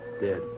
Dead